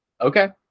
okay